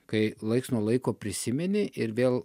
kai laiks nuo laiko prisimeni ir vėl